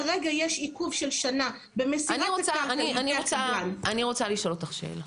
כרגע יש עיכוב של שנה במסירה --- אני רוצה לשאול אותך שאלה.